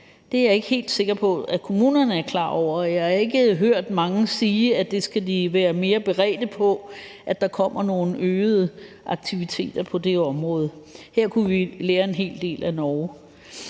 Det er jeg ikke helt sikker på kommunerne er klar over. Jeg har ikke hørt mange sige, at de skal være mere beredte på, at der kommer nogle øgede aktiviteter på det område. Her kunne vi lære en hel del af Norge.